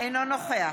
אינו נוכח